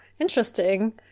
interesting